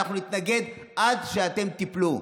אנחנו נתנגד עד שאתם תיפלו,